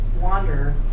wander